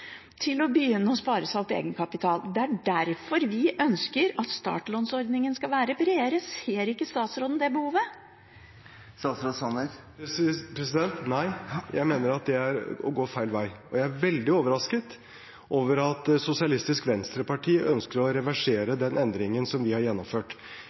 til å begynne å spare seg opp egenkapital. Det er derfor vi ønsker at startlånsordningen skal være bredere. Ser ikke statsråden det behovet? Nei, jeg mener at det er å gå feil vei. Jeg er veldig overrasket over at SV ønsker å reversere den endringen vi har gjennomført.